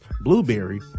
Blueberry